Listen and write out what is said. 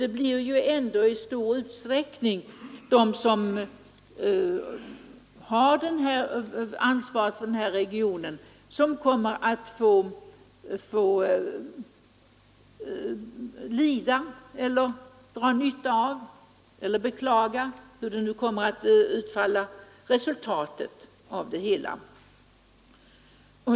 Det blir ju ändå i stor utsträckning de som har ansvaret för denna region som kommer att få lida eller dra nytta av resultatet — hur det nu kommer att utfalla.